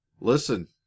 Listen